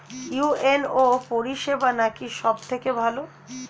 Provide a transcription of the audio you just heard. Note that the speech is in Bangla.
ইউ.এন.ও পরিসেবা নাকি সব থেকে ভালো?